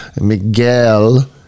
Miguel